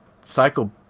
Cycle